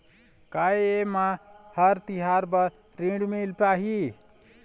का ये म हर तिहार बर ऋण मिल पाही?